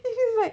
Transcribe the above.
he is like